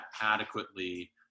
adequately